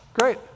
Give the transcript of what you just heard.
great